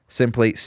simply